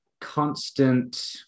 constant